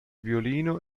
violino